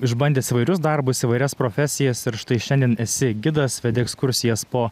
išbandęs įvairius darbus įvairias profesijas ir štai šiandien esi gidas vedi ekskursijas po